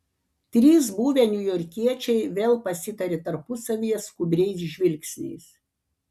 trys buvę niujorkiečiai vėl pasitarė tarpusavyje skubriais žvilgsniais